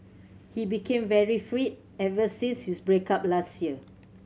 he became very free ever since his break up last year